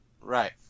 Right